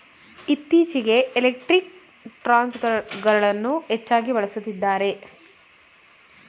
ಇತ್ತೀಚೆಗೆ ಎಲೆಕ್ಟ್ರಿಕ್ ಟ್ರಾನ್ಸ್ಫರ್ಗಳನ್ನು ಹೆಚ್ಚಾಗಿ ಬಳಸುತ್ತಿದ್ದಾರೆ